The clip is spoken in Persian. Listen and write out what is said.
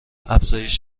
افزایش